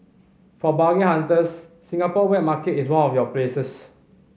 for bargain hunters Singapore wet market is one of your places